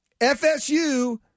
FSU